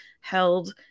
held